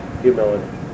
humility